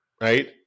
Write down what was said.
right